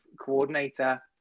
coordinator